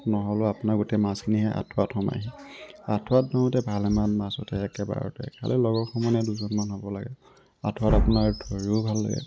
নহ'লেবা আপোনাৰ গোটেই মাছখিনি সেই আঠুৱাত সোমায়হি আঠুৱাত ধৰোঁতে ভালেমান মাছ উঠে একেবাৰতে খালী লগৰ সমনীয়া দুজনমান হ'ব লাগে আঠুৱাত আপোনাৰ ধৰিও ভাল লাগে